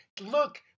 Look